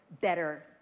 better